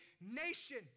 nation